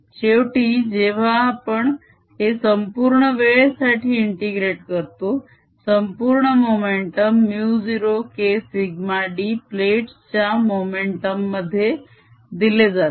शेवटी जेव्हा आपण हे संपूर्ण वेळेसाठी इंटीग्रेट करतो संपूर्ण मोमेंटम μ0Kσd प्लेट्स च्या मोमेंटम मध्ये दिले जाते